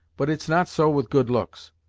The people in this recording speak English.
but it's not so with good looks.